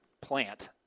plant